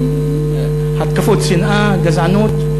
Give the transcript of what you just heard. התקפות שנאה, גזענות.